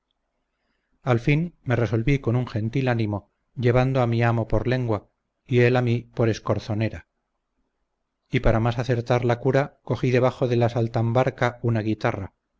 al fin me resolví con un gentil ánimo llevando a mi amo por lengua y él a mí por escorzonera y para más acertar la cura cogí debajo de la saltambarca una guitarra